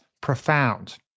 profound